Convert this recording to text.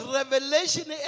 revelation